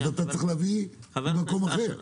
אז אתה צריך להביא מקום אחר.